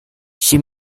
she